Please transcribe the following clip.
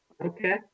Okay